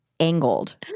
angled